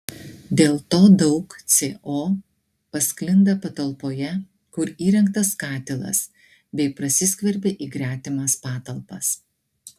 dėl to daug co pasklinda patalpoje kur įrengtas katilas bei prasiskverbia į gretimas patalpas